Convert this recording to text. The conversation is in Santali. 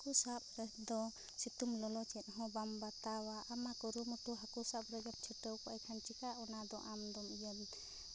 ᱦᱟᱹᱠᱩ ᱥᱟᱵ ᱨᱮᱫᱚ ᱥᱤᱛᱩᱝ ᱞᱚᱞᱚ ᱪᱮᱫᱦᱚᱸ ᱵᱟᱢ ᱵᱟᱛᱟᱣᱟ ᱟᱢᱟᱜ ᱠᱩᱨᱩᱢᱩᱴᱩ ᱦᱟᱹᱠᱩ ᱥᱟᱵ ᱨᱮᱫᱚ ᱪᱷᱩᱴᱟᱹᱣ ᱠᱚᱜᱼᱟ ᱮᱱᱠᱷᱟᱱ ᱪᱮᱠᱟ ᱚᱱᱟᱫᱚ ᱟᱢᱫᱚᱢ ᱤᱭᱟᱹ